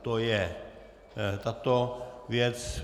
To je tato věc.